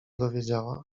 dowiedziała